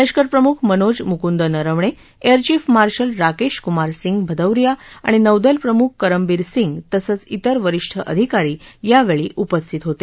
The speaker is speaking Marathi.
लष्करप्रमुख मनोज मुकुंद नरवणे एअरचीफ मार्शल राकेश कुमार सिंग भदौरिया आणि नौदलप्रमुख करमबिर सिंग तसंच तिर वरीष्ठ अधिकारी यावेळी उपस्थित होते